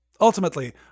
Ultimately